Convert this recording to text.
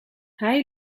hij